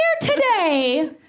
today